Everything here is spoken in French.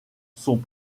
sont